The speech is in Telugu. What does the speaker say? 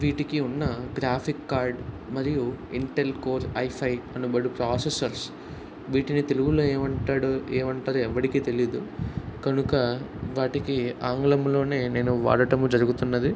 వీటికి ఉన్న గ్రాఫిక్ కార్డ్ మరియు ఇంటెల్ కోర్ హైఫై అనబడు ప్రాసెసర్స్ వీటిని తెలుగులో ఏమంటాడు ఏమంటారో ఎవడికి తెలియదు కనుక వాటికి నేను ఆంగ్లంలోనే వాడటం జరుగుతున్నది